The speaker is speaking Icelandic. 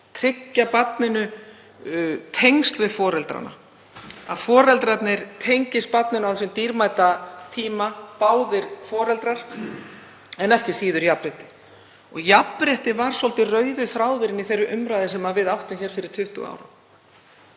tryggja barninu tengsl við foreldrana, að báðir foreldrarnir tengist barninu á þeim dýrmæta tíma. En markmiðið er ekki síður jafnrétti. Jafnrétti var svolítið rauði þráðurinn í þeirri umræðu sem við áttum hér fyrir 20 árum.